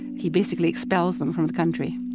he basically expels them from the country